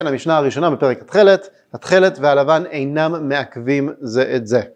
המשנה הראשונה בפרק התכלת, התכלת והלבן אינם מעכבים זה את זה.